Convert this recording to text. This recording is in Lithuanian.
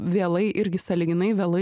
vėlai irgi sąlyginai vėlai